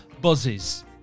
buzzes